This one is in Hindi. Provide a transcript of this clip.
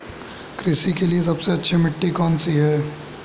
कृषि के लिए सबसे अच्छी मिट्टी कौन सी है?